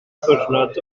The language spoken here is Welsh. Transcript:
ddiwrnod